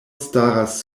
staras